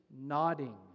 nodding